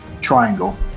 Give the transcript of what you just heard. triangle